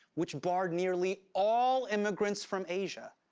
which barred nearly all immigrants from asia.